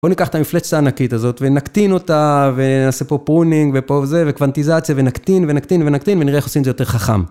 בוא ניקח את המפלצת הענקית הזאת ונקטין אותה ונעשה פה פרונים ופה וזה וקוונטיזציה ונקטין ונקטין ונקטין ונראה איך עושים את זה יותר חכם.